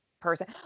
person